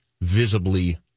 visibly